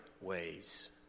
ways